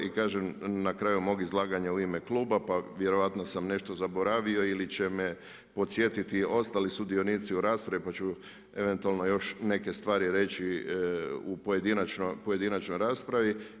I kažem na kraju mog izlaganja u ime kluba, pa vjerojatno sam nešto zaboravio ili će me podsjetiti ostali sudionici u raspravi pa ću eventualno još neke stvari reći u pojedinačnoj raspravi.